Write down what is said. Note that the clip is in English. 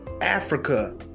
Africa